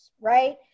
right